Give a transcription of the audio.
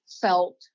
felt